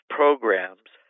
programs